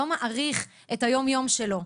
לא מעריך את היום-יום שלו,